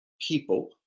people